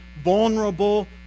vulnerable